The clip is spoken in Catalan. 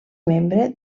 membre